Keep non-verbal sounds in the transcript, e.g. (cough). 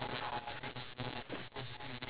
yes (breath)